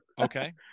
okay